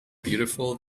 beautiful